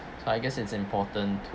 so I guess it's important